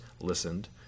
listened